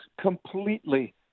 completely